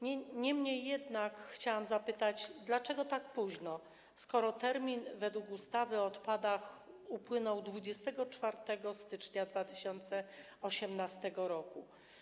Niemniej jednak chciałam zapytać, dlaczego tak późno, skoro termin według ustawy o odpadach upłynął 24 stycznia 2018 r.